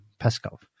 Peskov